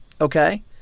okay